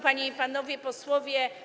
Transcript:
Panie i Panowie Posłowie!